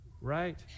right